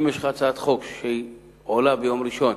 אם יש לך הצעת חוק שעולה ביום ראשון,